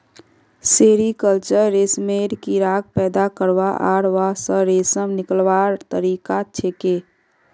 sericulture रेशमेर कीड़ाक पैदा करवा आर वहा स रेशम निकलव्वार तरिका छिके